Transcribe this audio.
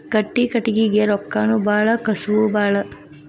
ಗಟ್ಟಿ ಕಟಗಿಗೆ ರೊಕ್ಕಾನು ಬಾಳ ಕಸುವು ಬಾಳ